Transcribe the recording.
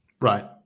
Right